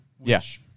Yes